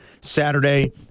Saturday